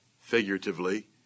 figuratively